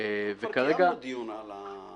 --- כבר קיימנו דיון על התדרים.